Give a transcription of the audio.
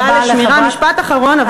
תודה רבה לחברת, משפט אחרון.